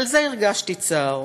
ועל זה הרגשתי צער.